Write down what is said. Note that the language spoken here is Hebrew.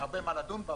יש הרבה מה לדון בה.